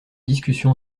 discussion